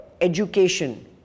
education